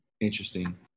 Interesting